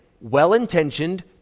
well-intentioned